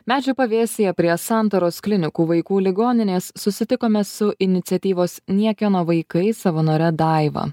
medžio pavėsyje prie santaros klinikų vaikų ligoninės susitikome su iniciatyvos niekieno vaikai savanore daiva